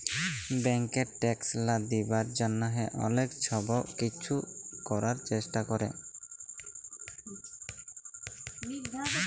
ব্যাংকে ট্যাক্স লা দিবার জ্যনহে অলেক ছব কিছু ক্যরার চেষ্টা ক্যরে